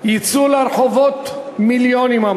יצאו לרחובות מיליונים.